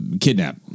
kidnap